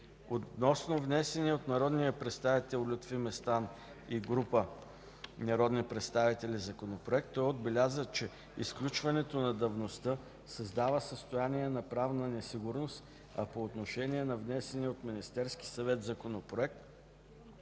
Относно внесения от народния представител Лютви Местан и група народни представители Законопроект той отбеляза, че изключването на давността създава състояние на правна несигурност, а по отношение на внесения от Министерския съвет Законопроект